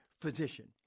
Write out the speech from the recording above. physician